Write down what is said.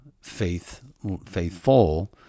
faithful